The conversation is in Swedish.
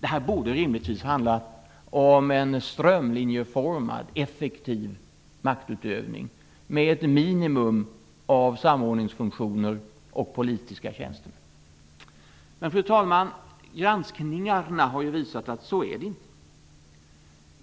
Det borde rimligtvis handla om en strömlinjeformad, effektiv maktutövning med ett minimum av samordningsfunktioner och politiska tjänstemän. Fru talman! Granskningen har visat att det inte är så.